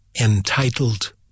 entitled